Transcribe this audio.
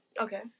Okay